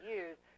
use